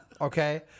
okay